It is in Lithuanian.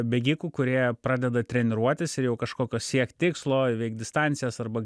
bėgikų kurie pradeda treniruotis ir jau kažkokio siekt tikslo įveikt distancijas arba